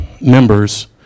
members